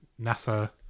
NASA